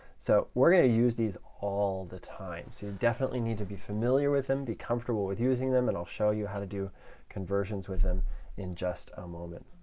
so we're going to use these all the time. so you definitely need to be familiar with them, be comfortable with using them, and i'll show you how to do conversions with them in just a moment.